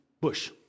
bush